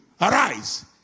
arise